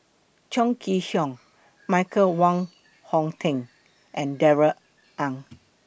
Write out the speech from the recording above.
Chong Kee Hiong Michael Wong Hong Teng and Darrell Ang